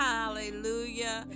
Hallelujah